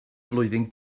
flwyddyn